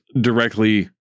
directly